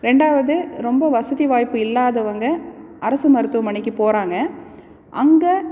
ரெண்டாவது ரொம்ப வசதி வாய்ப்பு இல்லாதவங்க அரசு மருத்துவமனைக்கு போகிறாங்க அங்கே